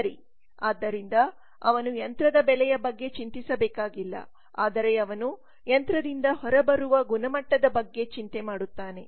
ಸರಿ ಆದ್ದರಿಂದ ಅವನು ಯಂತ್ರದ ಬೆಲೆಯ ಬಗ್ಗೆ ಚಿಂತಿಸಬೇಕಾಗಿಲ್ಲ ಆದರೆ ಅವನು ಯಂತ್ರದಿಂದ ಹೊರಬರುವ ಗುಣಮಟ್ಟದ ಬಗ್ಗೆ ಚಿಂತೆ ಮಾಡುತ್ತಾನೆ